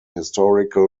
historical